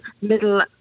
middle